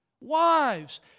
Wives